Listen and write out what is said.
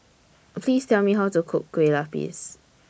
Please Tell Me How to Cook Kueh Lapis